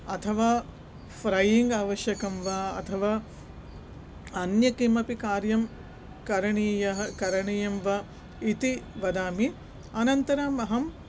अथवा फ़्रैयिङ्ग् आवश्यकं वा अथवा अन्यत् किमपि कार्यं करणीयं करणीयं वा इति वदामि अनन्तरम् अहं